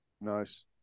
Nice